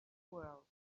world